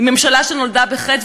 היא ממשלה שנולדה בחטא,